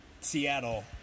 Seattle